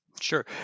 Sure